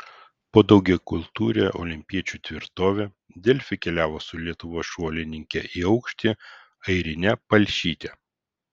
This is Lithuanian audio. po daugiakultūrę olimpiečių tvirtovę delfi keliavo su lietuvos šuolininke į aukštį airine palšyte